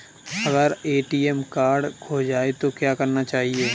अगर ATM card खो जाए तो क्या करना चाहिए?